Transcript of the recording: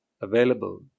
available